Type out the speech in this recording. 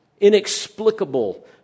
inexplicable